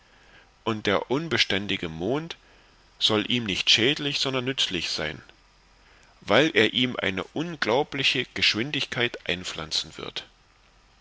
und der unbeständige mond soll ihm nicht schädlich sondern nützlich sein weil er ihm eine unglaubliche geschwindigkeit einpflanzen wird